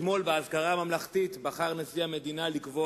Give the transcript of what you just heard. אתמול באזכרה הממלכתית בחר נשיא המדינה לקבוע